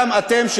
גם אתם,